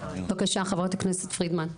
בבקשה חברת הכנסת פרידמן.